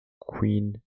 queen